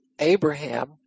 Abraham